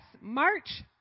March